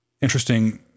Interesting